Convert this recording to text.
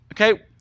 Okay